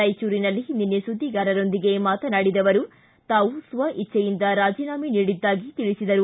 ರಾಯಚೂರಿನಲ್ಲಿ ನಿನ್ನೆ ಸುದ್ದಿಗಾರರೊಂದಿಗೆ ಮಾತನಾಡಿದ ಅವರು ತಾವು ಸ್ವ ಇಜ್ಜೆಯಿಂದಲೇ ರಾಜೀನಾಮೆ ನೀಡಿದ್ದಾಗಿ ತಿಳಿಸಿದರು